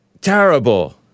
Terrible